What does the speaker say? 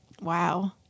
Wow